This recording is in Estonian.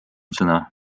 sõna